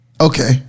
Okay